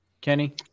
Kenny